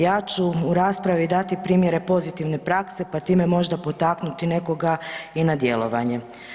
Ja ću u raspravi dati primjere pozitivne prakse, pa time možda potaknuti nekoga i na djelovanje.